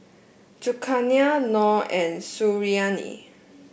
Zulkarnain Noh and Suriani